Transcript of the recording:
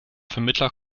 vermittler